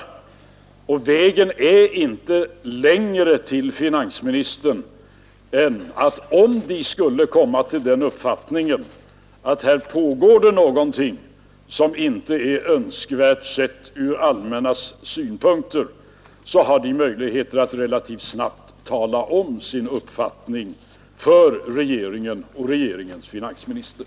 Och vägen är inte längre till finansministern än att om samhällets representanter skulle komma till uppfattningen att det pågår någonting som inte är önskvärt, sett ur det allmännas synpunkter, så har de möjlighet att relativt snabbt tala om detta för regeringen och dess finansminister.